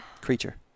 creature